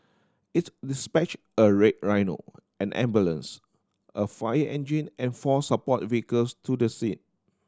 its dispatched a Red Rhino an ambulance a fire engine and four support vehicles to the scene